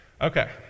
Okay